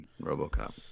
Robocop